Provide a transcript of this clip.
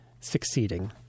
succeeding